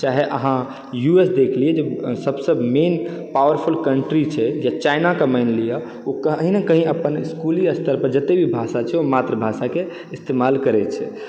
चाहे अहाँ U S देख लिअ जे सभसँ मेन पावरफूल कन्ट्री छै जे चाइनाके मानि ओ कही ने कही अपन इसकूली स्तर पर जते भी भाषा छै ओ मातृभाषाके इस्तेमाल करै छै